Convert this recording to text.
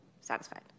Satisfied